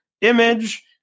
image